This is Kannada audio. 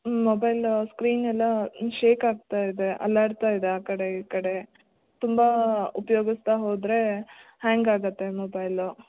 ಮೊಬೈಲ ಸ್ಕ್ರೀನ್ ಎಲ್ಲ ಶೇಕ್ ಆಗ್ತಾ ಇದೆ ಅಲ್ಲಾಡ್ತಾ ಇದೆ ಆ ಕಡೆ ಈ ಕಡೆ ತುಂಬ ಉಪ್ಯೋಗಿಸ್ತಾ ಹೋದರೆ ಹ್ಯಾಂಗ್ ಆಗುತ್ತೆ ಮೊಬೈಲು